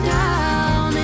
down